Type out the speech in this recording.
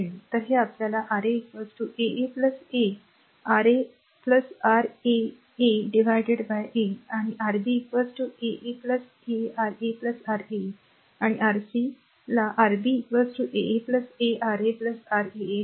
तर हे आपल्याला Ra a a a R a R a a a आणि Rb a a a R a R a a आणि Rc ला Rb a a a R a R a a देईल